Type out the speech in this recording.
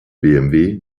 bmw